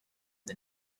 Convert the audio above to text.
the